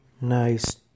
Nice